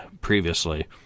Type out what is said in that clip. previously